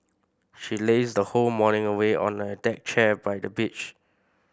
she lazed her whole morning away on a deck chair by the beach